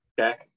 okay